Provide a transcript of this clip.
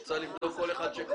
את רוצה לבדוק כל אחד?